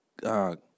God